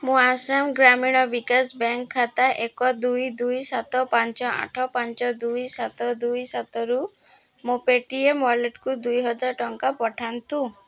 ମୋ ଆସାମ ଗ୍ରାମୀଣ ବିକାଶ ବ୍ୟାଙ୍କ୍ ଖାତା ଏକ ଦୁଇ ଦୁଇ ସାତ ପାଞ୍ଚ ଆଠ ପାଞ୍ଚ ଦୁଇ ସାତ ଦୁଇ ସାତରୁ ମୋ ପେଟିଏମ୍ ୱଲେଟ୍କୁ ଦୁଇହଜାର ଟଙ୍କା ପଠାନ୍ତୁ